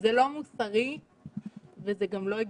זה לא מוסרי וזה גם לא הגיוני.